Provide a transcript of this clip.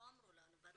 לא אמרו לנו.